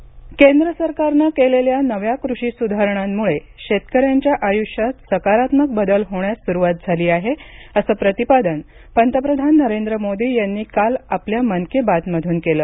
मन की बात केंद्र सरकारनं केलेल्या नव्या कृषी सुधारणांमुळे शेतकऱ्यांच्या आयुष्यात सकारात्मक बदल होण्यास सुरुवात झाली आहे असं प्रतिपादन पंतप्रधान नरेंद्र मोदी यांनी काल आपल्या मन की बात मधून केलं